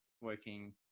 working